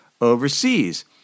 overseas